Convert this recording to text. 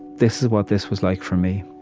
this is what this was like for me.